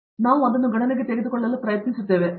ಆದ್ದರಿಂದ ನಾವು ಅದನ್ನು ಗಣನೆಗೆ ತೆಗೆದುಕೊಳ್ಳಲು ಪ್ರಯತ್ನಿಸುತ್ತೇವೆ